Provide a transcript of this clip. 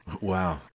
Wow